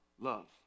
love